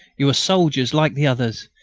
you are soldiers, like the others.